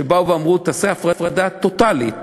שבאו ואמרו תעשה הפרדה טוטלית